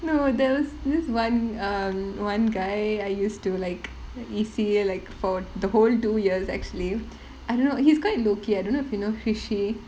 no there'~ there's this [one] err one guy I used to like E_C like for the whole two years actually I don't know he's quite low key I don't know if you know hrishi